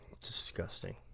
disgusting